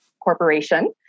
corporation